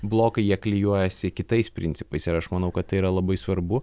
blokai jie klijuojasi kitais principais ir aš manau kad tai yra labai svarbu